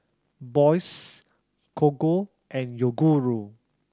Bose Gogo and Yoguru